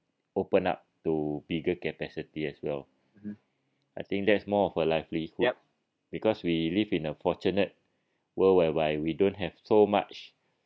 open up to bigger capacity as well I think that's more of a lively hood because we live in a fortunate world whereby we don't have so much